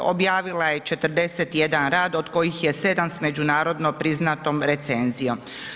Objavila je 41 rad od kojih je 7 sa međunarodno priznatom recenzijom.